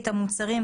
המוצרים,